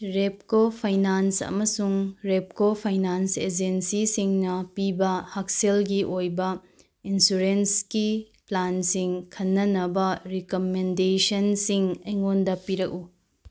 ꯔꯦꯞꯀꯣ finance ꯑꯃꯁꯨꯡ Repco finance ꯑꯦꯖꯦꯟꯁꯤꯁꯤꯡꯅ ꯄꯤꯕ ꯍꯛꯁꯦꯜꯒꯤ ꯑꯣꯏꯕ ꯏꯟꯁꯨꯔꯦꯟꯁꯀꯤ ꯄ꯭ꯂꯥꯟꯁꯤꯡ ꯈꯟꯅꯅꯕ ꯔꯤꯀꯃꯦꯗꯦꯁꯟꯁꯤꯡ ꯑꯩꯉꯣꯟꯗ ꯄꯤꯔꯛꯎ